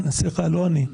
סליחה, לא אני.